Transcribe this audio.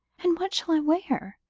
and what shall i wear?